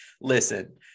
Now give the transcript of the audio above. listen